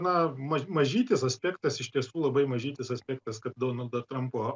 na mažytis aspektas iš tiesų labai mažytis aspektas kad donaldo trampo